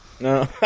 No